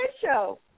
show